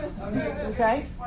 Okay